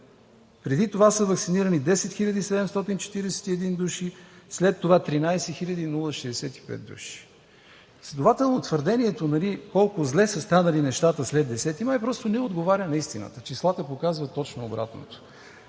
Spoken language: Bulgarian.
преди това са ваксинирани 10 741 души, след това – 13 065 души. Следователно твърдението – колко зле са станали нещата след 10 май, просто не отговаря на истината. Числата показват точно обратното.